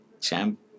Champ